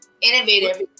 innovative